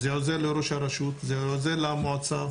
זה עוזר לראש הרשות, זה עוזר למועצה.